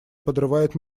подрывает